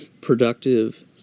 productive